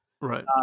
right